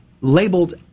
labeled